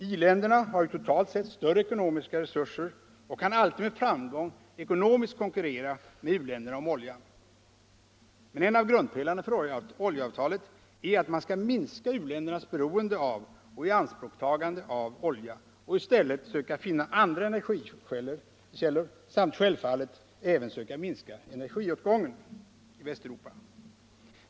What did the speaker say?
I-länderna har ju totalt sett större ekonomiska resurser och kan alltid med framgång ekonomiskt konkurrera med u-länderna om oljan. Men en av grundpelarna för oljeavtalet är att man skall minska i-ländernas beroende av och ianspråktagande av olja och i stället söka finna andra energikällor samt självfallet även söka minska energiåtgången i Västeuropa.